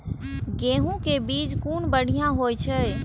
गैहू कै बीज कुन बढ़िया होय छै?